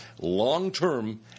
long-term